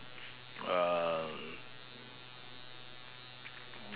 um